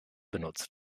benutzt